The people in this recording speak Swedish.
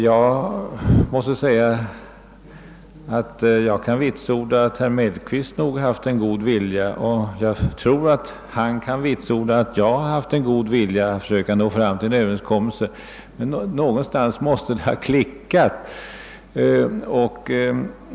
Jag kan dock vitsorda att herr Mellqvist visat en god vilja, och jag tror att han kan vitsorda att också jag haft en god vilja att försöka nå fram till en överenskommelse. Men någonstans måste det ha klickat.